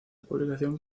publicación